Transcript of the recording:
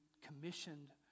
commissioned